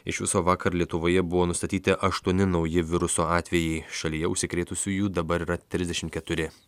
iš viso vakar lietuvoje buvo nustatyti aštuoni nauji viruso atvejai šalyje užsikrėtusiųjų dabar yra trisdešimt keturi